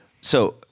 so-